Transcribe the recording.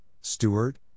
Stewart